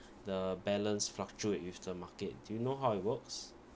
the balance fluctuate with the market do you know how it works